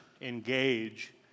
engage